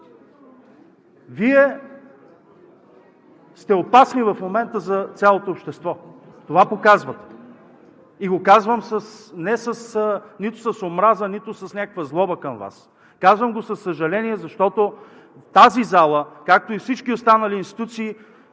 Вие сте опасни в момента за цялото общество. Това показвате и го казвам нито с омраза, нито с някаква злоба към Вас. Казвам го със съжаление, защото в тази зала, както и всички останали институции,